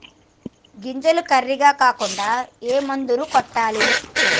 గింజలు కర్రెగ కాకుండా ఏ మందును కొట్టాలి?